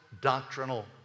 doctrinal